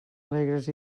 alegres